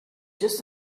just